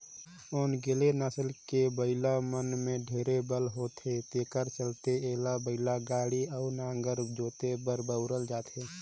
ओन्गेले नसल के बइला मन में ढेरे बल होथे तेखर चलते एला बइलागाड़ी अउ नांगर जोते बर बउरल जाथे